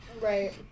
right